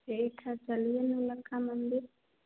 ठीक है चलिए नवलखा मंदिर